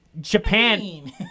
Japan